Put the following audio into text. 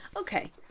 Okay